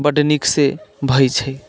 बड्ड नीक से भए छै